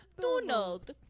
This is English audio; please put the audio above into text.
Donald